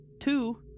two